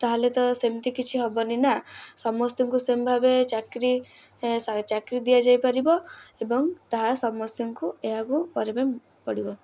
ତା'ହେଲେ ତ ସେମିତି କିଛି ହେବନିନା ସମସ୍ତଙ୍କୁ ସେମ୍ ଭାବେ ଚାକିରି ଚାକିରି ଦିଆଯାଇପାରିବ ଏବଂ ତାହା ସମସ୍ତିଙ୍କୁ ଏହାକୁ ପଡ଼ିବ